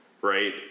right